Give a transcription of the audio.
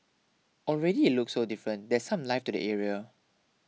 already it looks so different there's some life to the area